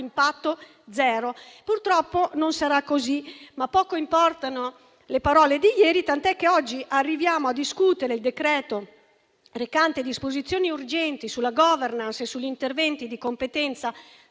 impatto zero. Purtroppo non sarà così, ma poco importano le parole di ieri, tant'è che oggi arriviamo a discutere il decreto-legge recante disposizioni urgenti sulla *governance* e sugli interventi di competenza